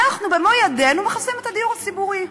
אנחנו במו-ידינו מחסלים את הדיור הציבורי.